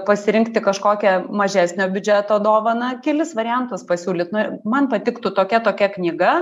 pasirinkti kažkokią mažesnio biudžeto dovaną kelis variantus pasiūlyt nu man patiktų tokia tokia knyga